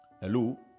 Hello